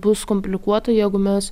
bus komplikuota jeigu mes